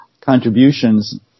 contributions